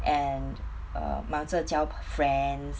and err 忙着交 friends